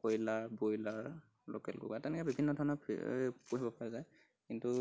কইলাৰ broiler local তেনেকৈ বিভিন্ন ধৰণৰ পুহিব পৰা যায় কিন্তু